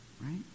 right